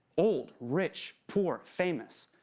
old, rich, poor, famous.